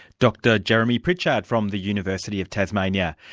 dr jeremy pritchard from the university of tasmania.